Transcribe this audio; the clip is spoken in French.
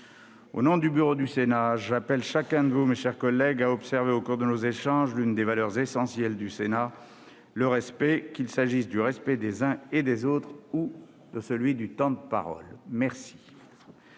Au nom du bureau du Sénat, j'appelle chacun de vous, mes chers collègues, à observer au cours de nos échanges l'une des valeurs essentielles du Sénat : le respect, qu'il s'agisse du respect des uns et des autres ou de celui du temps de parole. La